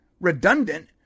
redundant